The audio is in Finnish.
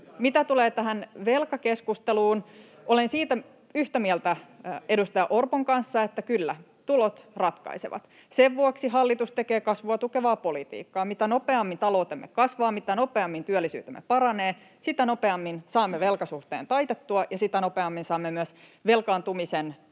Mitä tulee tähän velkakeskusteluun, olen siitä yhtä mieltä edustaja Orpon kanssa, että kyllä tulot ratkaisevat. Sen vuoksi hallitus tekee kasvua tukevaa politiikkaa. Mitä nopeammin taloutemme kasvaa, mitä nopeammin työllisyytemme paranee, sitä nopeammin saamme velkasuhteen taitettua ja sitä nopeammin saamme myös velkaantumisen kuriin ja